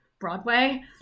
Broadway